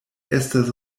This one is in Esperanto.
estas